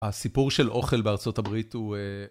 הסיפור של אוכל בארצות הברית הוא...